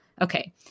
Okay